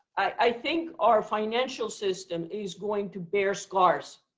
i think our financial system is going to bear scars